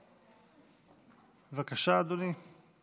בבקשה, אדוני.